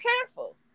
careful